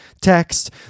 text